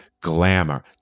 Glamour